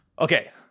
Okay